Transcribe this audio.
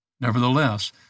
Nevertheless